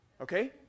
Okay